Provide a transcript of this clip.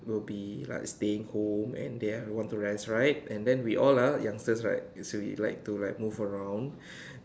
will be like staying home and they are want to rest right and then we all are youngsters right so we like to like move around